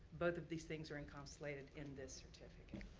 both these things are income slated in this certificate.